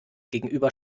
gegenüber